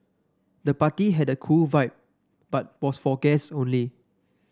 the party had a cool vibe but was for guest only